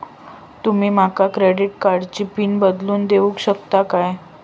तुमी माका क्रेडिट कार्डची पिन बदलून देऊक शकता काय?